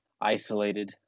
isolated